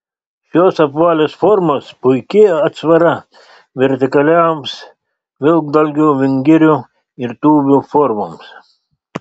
šios apvalios formos puiki atsvara vertikalioms vilkdalgių vingirių ir tūbių formoms